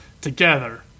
together